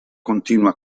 continua